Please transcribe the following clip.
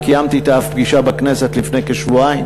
וקיימתי אתה אף פגישה בכנסת לפני כשבועיים